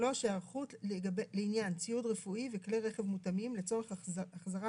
היערכות לעניין ציוד רפואי וכלי רכב מותאמים לצורך החזרת